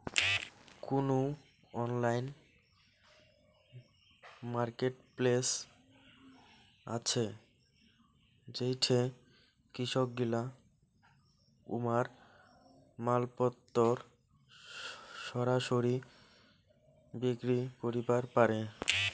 কুনো online marketplace আছে যেইঠে কৃষকগিলা উমার মালপত্তর সরাসরি বিক্রি করিবার পারে?